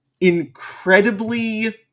incredibly